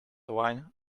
wine